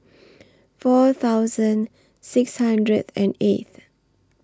four thousand six hundred and eighth